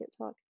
talk